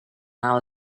our